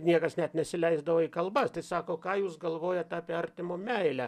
niekas net nesileisdavo į kalbas tai sako ką jūs galvojat apie artimo meilę